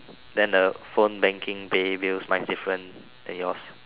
then the phone banking pay bills mine different than yours